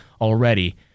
already –